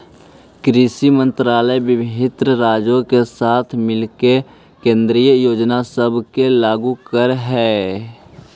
कृषि मंत्रालय विभिन्न राज्यों के साथ मिलके केंद्रीय योजना सब के लागू कर हई